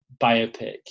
biopic